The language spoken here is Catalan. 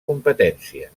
competència